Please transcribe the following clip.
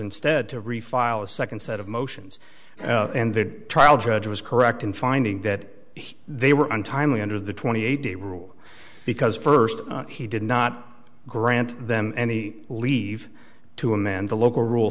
instead to refile a second set of motions and the trial judge was correct in finding that they were untimely under the twenty eight day rule because first he did not grant them any leave to amend the local rule